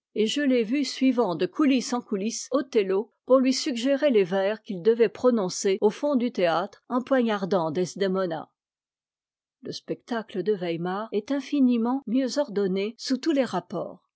et je l'ai vu suivant de coulisse en coulisse othello pour lui suggérer les vers qu'il devait prononcer au fond du théâtre en poignardant desdémona le spectacle de weimar est infiniment mieux ordonné sous tous les rapports